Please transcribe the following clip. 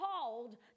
called